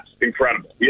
Incredible